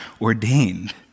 ordained